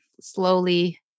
slowly